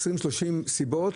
סיבות,